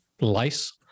lice